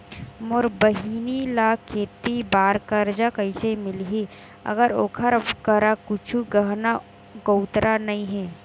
मोर बहिनी ला खेती बार कर्जा कइसे मिलहि, अगर ओकर करा कुछु गहना गउतरा नइ हे?